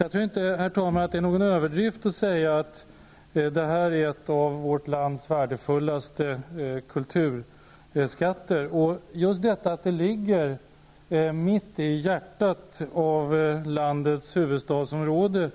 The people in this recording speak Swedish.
Jag tror inte, herr talman, att det är någon överdrift att säga att detta område är en av vårt lands värdefullaste kulturskatter. Och just att det ligger mitt i hjärtat av landets huvudstadsregion